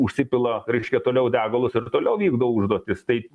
užsipila reiškia toliau degalus ir toliau vykdo užduotis taip